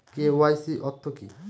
KYC অর্থ কি?